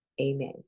Amen